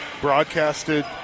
broadcasted